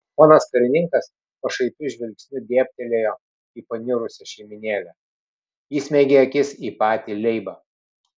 ponas karininkas pašaipiu žvilgsniu dėbtelėjo į paniurusią šeimynėlę įsmeigė akis į patį leibą